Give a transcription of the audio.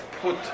put